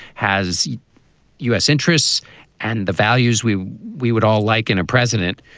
has u s. interests and the values we we would all like in a president,